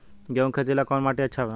गेहूं के खेती ला कौन माटी अच्छा बा?